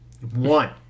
One